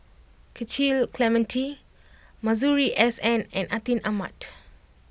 Cecil Clementi Masuri S N and Atin Amat